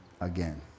again